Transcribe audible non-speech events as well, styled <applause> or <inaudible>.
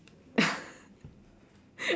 <laughs>